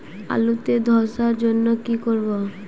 আলুতে ধসার জন্য কি করব?